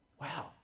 Wow